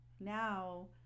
now